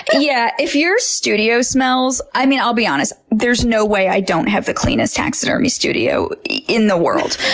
yeah if your studio smells, i mean, i'll be honest, there's no way i don't have the cleanest taxidermy studio in the world.